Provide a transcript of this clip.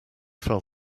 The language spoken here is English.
fell